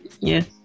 yes